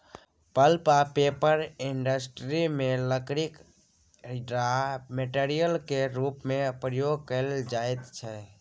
pulp आ paper industry मे लकड़ी राँ मेटेरियल केर रुप मे प्रयोग कएल जाइत छै